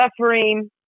suffering